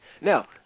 Now